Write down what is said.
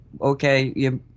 Okay